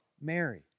Mary